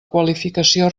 qualificació